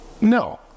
No